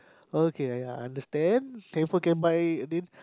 okay ya I understand handphone can buy then